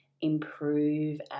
improve